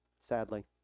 sadly